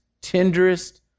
tenderest